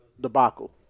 debacle